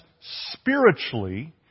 spiritually